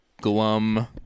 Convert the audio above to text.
glum